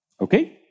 Okay